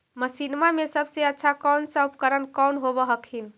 मसिनमा मे सबसे अच्छा कौन सा उपकरण कौन होब हखिन?